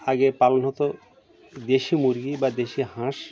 আগে পালন হতো দেশি মুরগি বা দেশি হাঁস